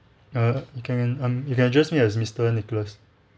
uh you can um you can just address me as mister nicholas